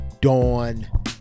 Dawn